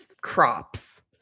crops